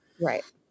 Right